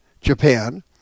Japan